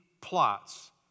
plots